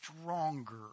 stronger